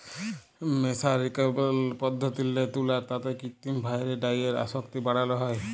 মের্সারিকরল পদ্ধতিল্লে তুলার তাঁতে কিত্তিম ভাঁয়রে ডাইয়ের আসক্তি বাড়ালো হ্যয়